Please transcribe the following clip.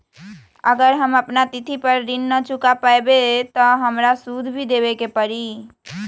अगर हम अपना तिथि पर ऋण न चुका पायेबे त हमरा सूद भी देबे के परि?